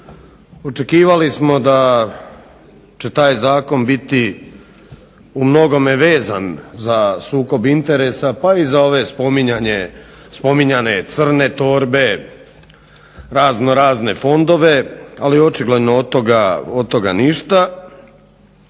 Očekivali smo da će taj zakon biti u mnogome vezan za sukob interesa, pa i za ove spominjane crne torbe, raznorazne fondove, ali očigledno od toga ništa.